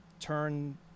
turn